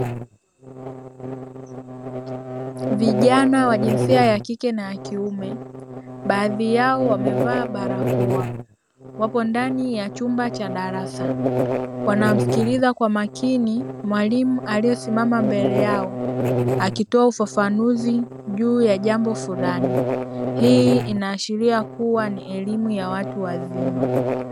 Vijana wa jinsia ya kike na ya kiume baadhi yao wamevaa barakoa wako ndani ya chumba cha darasa, wanamsikiliza kwa makini mwalimu aliyosimama mbele yao akitoa ufafanuzi juu ya jambo fulani hii inaashiria kuwa ni elimu ya watu wazima.